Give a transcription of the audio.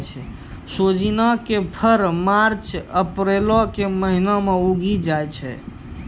सोजिना के फर मार्च अप्रीलो के महिना मे उगि जाय छै